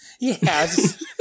Yes